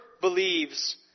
believes